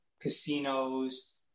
casinos